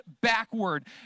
backward